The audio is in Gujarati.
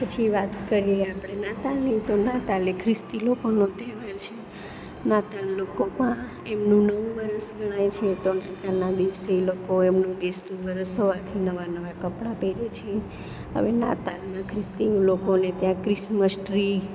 પછી વાત કરીએ આપણે નાતાલની તો નાતાલ એ ખ્રિસ્તી લોકોનો તહેવાર છે નાતાલ લોકોમાં એમનું નવું વરસ ગણાય છે તો નાતાલના દિવસે એ લોકોએ એમનું બેસતું વરસ હોવાથી નવા નવા કપડાં પહેરે છે હવે નાતાલમાં ખ્રિસ્તીઓ લોકોને ત્યાં ક્રિસમસ ટ્રી